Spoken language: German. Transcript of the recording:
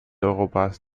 europas